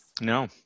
No